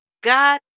God